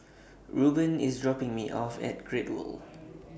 Rueben IS dropping Me off At Great World